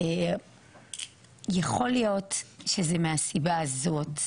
יכול להיות שזה מהסיבה הזאת,